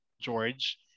George